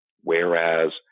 whereas